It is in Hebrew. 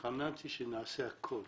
שנעשה הכול